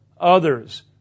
Others